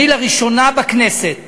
לראשונה בכנסת